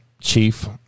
chief